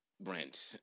Brent